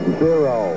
zero